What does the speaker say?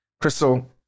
Crystal